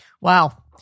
Wow